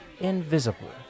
Invisible